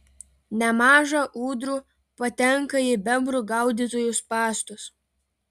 nemaža ūdrų patenka į bebrų gaudytojų spąstus